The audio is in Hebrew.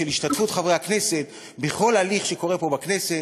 של השתתפות חברי הכנסת בכל הליך שקורה פה בכנסת,